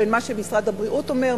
בין מה שמשרד הבריאות אומר,